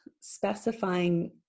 specifying